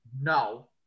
no